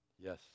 Yes